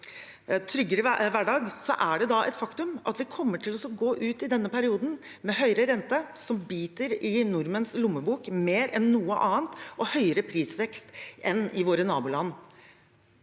tryggere hverdag, er det et faktum at vi i denne perioden kommer til å gå ut med høyere rente, som biter i nordmenns lommebok mer enn noe annet, og høyere prisvekst enn i våre naboland.